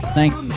Thanks